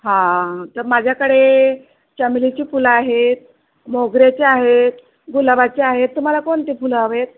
हां तर माझ्याकडे चमेलीची फुलं आहेत मोगऱ्याचे आहेत गुलाबाचे आहेत तुम्हाला कोणते फुलं हवे आहेत